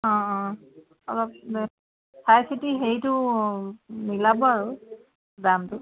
অঁ অঁ অলপ চাই চিতি হেৰিটো মিলাব আৰু দামটো